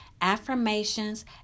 affirmations